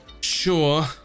sure